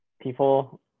people